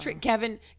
Kevin